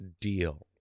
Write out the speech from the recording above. Deal